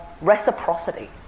reciprocity